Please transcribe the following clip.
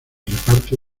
reparto